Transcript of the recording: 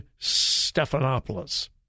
Stephanopoulos